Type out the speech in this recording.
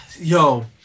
Yo